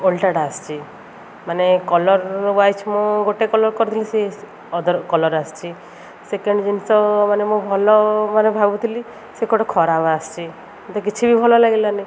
ଓଲ୍ଟା ଆସିଛି ମାନେ colour wise ମୁଁ ଗୋଟେ କଲର୍ କରିଥିଲି ସେ ଅଦର୍ କଲର୍ ଆସିଛି ସେକେଣ୍ଡ୍ ଜିନିଷ ମାନେ ମୁଁ ଭଲ ମାନେ ଭାବୁଥିଲି ସେ ଗୋଟେ ଖରାପ୍ ଆସିଛି ତ କିଛି ବି ଭଲ ଲାଗିଲାନି